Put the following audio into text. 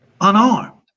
unarmed